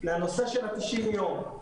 לנושא של 90 יום.